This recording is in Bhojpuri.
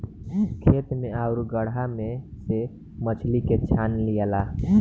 खेत आउरू गड़हा में से मछली के छान लियाला